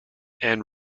and